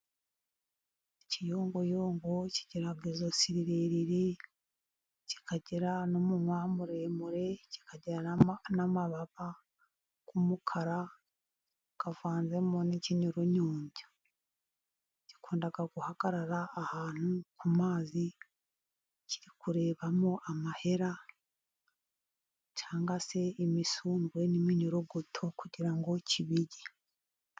Ikiyongoyongo kigira ijosi rirerire, kikagira n'umunwa muremure, kikagira n'amababa y'umukara havanzemo n'ikinyoronyombya. Gikunda guhagarara ahantu ku mazi kiri kurebamo amahera, cyangwa se imisudwe n'iminyorogoto kugira ngo kibirye.